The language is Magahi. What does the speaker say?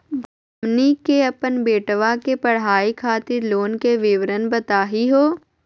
हमनी के अपन बेटवा के पढाई खातीर लोन के विवरण बताही हो?